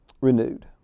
renewed